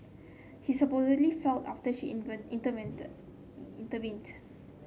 he supposedly felt after she even intervened